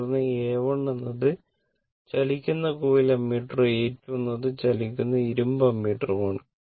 തുടർന്ന് A 1 എന്നത് ചലിക്കുന്ന കോയിൽ അമ്മീറ്ററും A 2 എന്നത് ചലിക്കുന്ന ഇരുമ്പ് അമ്മീറ്ററുമാണ്